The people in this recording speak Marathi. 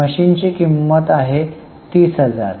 मशीनचे किंमत आहे 30000